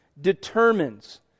determines